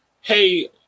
hey